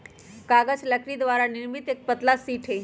कागज लकड़ी द्वारा निर्मित एक पतला शीट हई